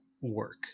work